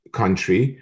country